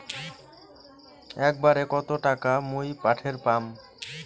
একবারে কত টাকা মুই পাঠের পাম?